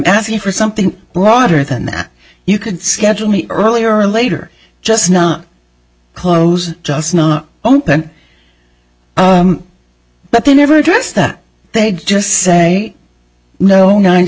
asking you for something broader than that you could schedule me earlier or later just not close just not open but they never address that they just say no nine